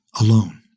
alone